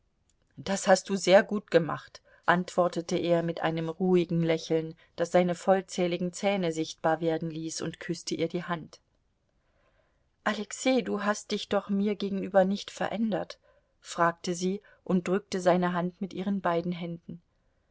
das hast du sehr gut gemacht antwortete er mit einem ruhigen lächeln das seine vollzähligen zähne sichtbar werden ließ und küßte ihr die hand alexei du hast dich doch mir gegenüber nicht verändert fragte sie und drückte seine hand mit ihren beiden händen